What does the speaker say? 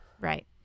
right